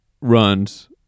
runs